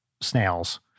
snails